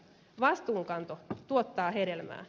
vastuunkanto tuottaa hedelmää